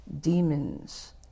demons